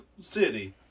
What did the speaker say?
City